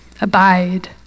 Abide